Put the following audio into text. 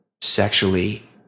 sexually